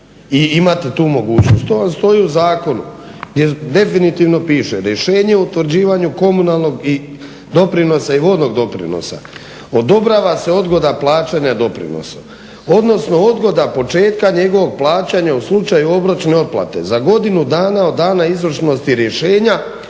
i imati tu mogućnosti. To vam stoji u zakonu gdje definitivno piše rješenje o utvrđivanju komunalnog doprinosa i vodnog doprinosa, odobrava se odgoda plaćanja doprinosa, odnosno odgoda početka njegovog plaćanja u slučaju obročne otplate, za godinu dana od dana izvršnosti rješenja